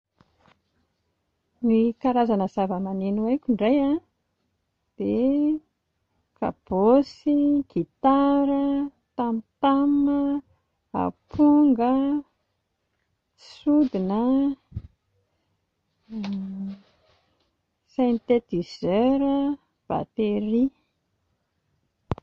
Ny karazana zavamaneno haiko ndray a dia kabôsy, gitara, tamtam, aponga, sodina, synthétiseur, batterie.